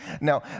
Now